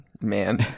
man